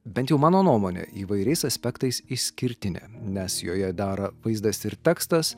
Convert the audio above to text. bent jau mano nuomone įvairiais aspektais išskirtinė nes joje dera vaizdas ir tekstas